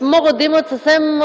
могат да имат съвсем